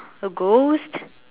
a ghost